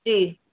जी